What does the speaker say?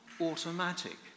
automatic